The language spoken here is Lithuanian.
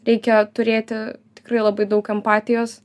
reikia turėti tikrai labai daug empatijos